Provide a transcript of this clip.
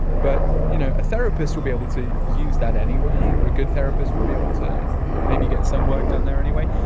but, you know, a therapist will be able to use that anyway or a good therapist would be able to maybe get some work done there anyway.